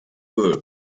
world